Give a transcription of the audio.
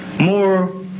more